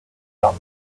cup